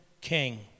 king